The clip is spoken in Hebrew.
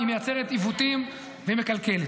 היא מייצרת עיוותים והיא מקלקלת.